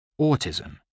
autism